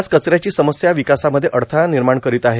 आज कचऱ्याची समस्या ावकासामध्ये अडथळा ानमाण करोत आहे